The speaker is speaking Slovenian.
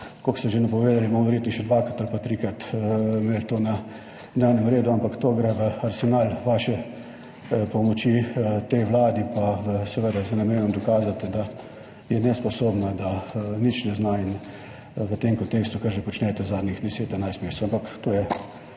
kot ste že napovedali, bomo verjetno še dvakrat ali pa trikrat imeli to na dnevnem redu, ampak to gre v arsenal vaše pomoči tej Vladi pa seveda z namenom dokazati, da je nesposobna, da nič ne zna in v tem kontekstu, kar že počnete zadnjih deset,